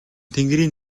тэнгэрийн